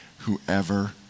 whoever